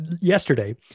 Yesterday